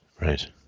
Right